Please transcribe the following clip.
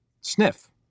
sniff